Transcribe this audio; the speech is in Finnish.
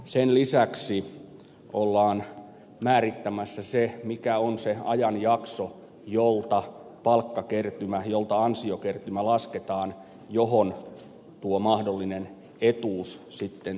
sen lisäksi ollaan määrittämässä se mikä on se ajanjakso jolta lasketaan palkkakertymä ansiokertymä johon tuo mahdollinen etuus sitten tukeutuu